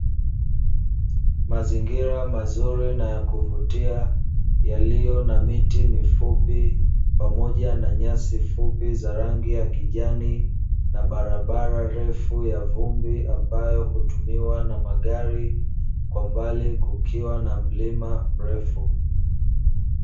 Mazingira mazuri na ya kuvutia yaliyo na miti mifupi pamoja na nyasi fupi za rangi ya kijani na barabara refu ya vumbi ambayo hutumiwa na magari, kwa mbali kukiwa na mlima mrefu.